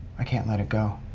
i can't let it go.